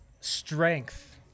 strength